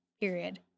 period